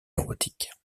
érotique